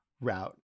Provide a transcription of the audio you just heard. route